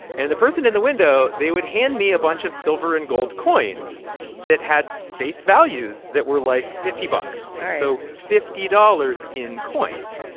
and the person in the window they would hand me a bunch of silver and gold coins that had face values that were, like, fifty bucks all right so fifty dollars in coins.